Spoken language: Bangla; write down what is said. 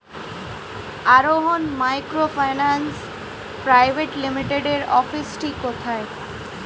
আরোহন মাইক্রোফিন্যান্স প্রাইভেট লিমিটেডের অফিসটি কোথায়?